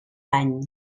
any